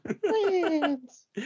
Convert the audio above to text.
Friends